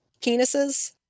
penises